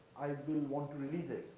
i mean want to release it.